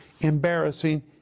embarrassing